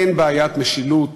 אין בעיית משילות